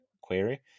query